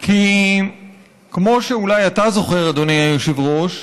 כי כמו שאולי אתה זוכר, אדוני היושב-ראש,